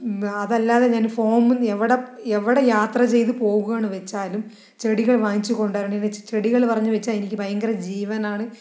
അതല്ലാതെ ഞാൻ ഫാമിൽ നിന്ന് എവിടെ എവിടെ യാത്ര ചെയ്ത് പോകുകയാണെന്ന് വെച്ചാലും ചെടികൾ വാങ്ങിച്ച് കൊണ്ടു വരണതെന്ന് വെച്ച് ചെടികള് എന്ന് പറഞ്ഞ് വെച്ചാൽ എനിക്ക് ഭയങ്കര ജീവനാണ്